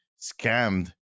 scammed